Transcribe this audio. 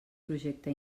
projecte